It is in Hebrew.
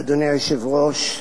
אדוני היושב-ראש,